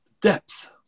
depth